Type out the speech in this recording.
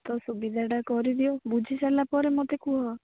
ତ ସୁବିଧାଟା କରିଦିଅ ବୁଝି ସାରିଲା ପରେ ମୋତେ କୁହ